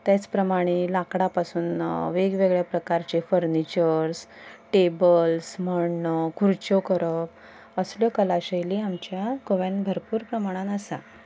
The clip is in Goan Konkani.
तेच प्रमाणे लांकडा पासून वेगवेगळे प्रकारचे फर्नीचर्स टेबल्स म्हण खुर्च्यो करप असल्यो कलाशैली आमच्या गोंयान भरपूर प्रमाणान आसा